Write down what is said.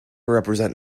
represent